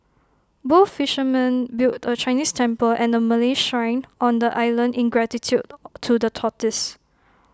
both fishermen built A Chinese temple and A Malay Shrine on the island in gratitude to the tortoise